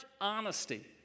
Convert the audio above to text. honesty